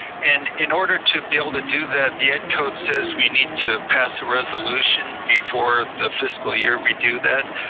and in order to be able to do that, the ed code says we need to pass a resolution before the fiscal year we do that.